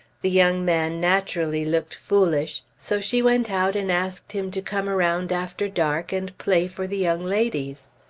the young man naturally looked foolish so she went out and asked him to come around after dark and play for the young ladies.